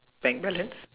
bank balance